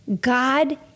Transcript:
God